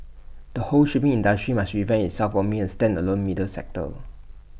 the whole shipping industry must revamp itself from being A standalone middle sector